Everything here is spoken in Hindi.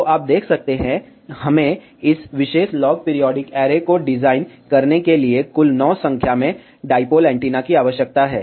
तो अब आप देख सकते हैं हमें इस विशेष लॉग पीरियोडिक ऐरे को डिजाइन करने के लिए कुल 9 संख्या में डाईपोल एंटीना की आवश्यकता है